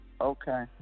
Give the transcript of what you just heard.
Okay